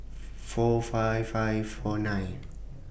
four five five four nine